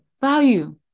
value